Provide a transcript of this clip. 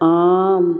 आम्